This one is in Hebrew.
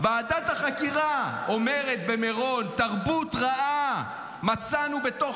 ועדת החקירה אומרת במירון: "תרבות רעה מצאנו בתוך